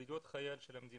הוא להיות חייל של המדינה.